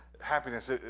happiness